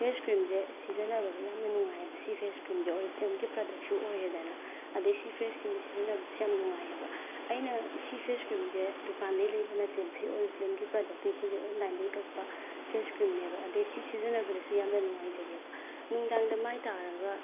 face ꯀ꯭ꯔꯤꯝꯁꯦ ꯁꯤꯖꯤꯟꯅꯕꯗ ꯌꯥꯝꯅ ꯅꯨꯡꯉꯥꯏꯑꯦꯕ ꯁꯤ ꯐꯦꯁ ꯀ꯭ꯔꯤꯝꯁꯦ ꯑꯣꯔꯤꯐ꯭ꯂꯦꯝꯒꯤ ꯄ꯭ꯔꯗꯛꯁꯨ ꯑꯣꯏꯔꯦꯗꯅ ꯑꯗꯩ ꯁꯤ ꯐꯦꯁ ꯀ꯭ꯔꯤꯝ ꯁꯤꯖꯤꯟꯅꯕꯗꯁꯨ ꯌꯥꯝ ꯅꯨꯡꯉꯥꯏꯑꯦꯕ ꯑꯩꯅ ꯁꯤ ꯐꯦꯁ ꯀ꯭ꯔꯤꯝꯁꯦ ꯗꯨꯀꯥꯟꯗꯩ ꯂꯩꯕ ꯅꯠꯇꯦꯕ ꯁꯤ ꯑꯣꯔꯤꯐ꯭ꯂꯦꯝꯒꯤ ꯄ꯭ꯔꯗꯛꯇꯩ ꯁꯤꯁꯦ ꯑꯣꯟꯂꯥꯏꯟꯗꯒꯤ ꯀꯛꯄ ꯐꯦꯁ ꯀ꯭ꯔꯤꯝꯅꯦꯕ ꯑꯗꯩ ꯁꯤ ꯁꯤꯖꯤꯟꯅꯕꯗꯁꯨ ꯌꯥꯝꯅ ꯅꯨꯡꯉꯥꯏꯖꯩꯑꯕ ꯅꯨꯡꯗꯥꯡꯗ ꯃꯥꯏ ꯇꯥꯔꯒ